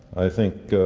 i think